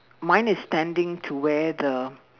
mine is standing to where the